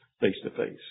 face-to-face